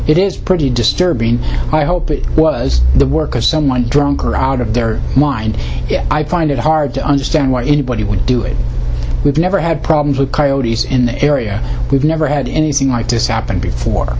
it is pretty disturbing i hope it was the work of someone drunk or out of their mind i find it hard to understand why anybody would do it we've never had problems with coyotes in the area we've never had anything like this happen before